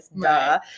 Duh